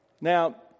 Now